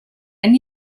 and